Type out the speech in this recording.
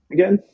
Again